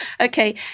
Okay